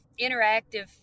interactive